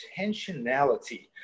intentionality